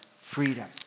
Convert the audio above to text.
freedom